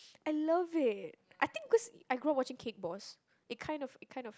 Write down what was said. I love it I think because I grow up watching Cake Boss it kind of it kind of